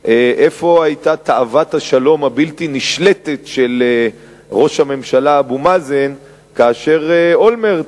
איפה היתה תאוות השלום הבלתי-נשלטת של ראש הממשלה אבו מאזן כאשר אולמרט,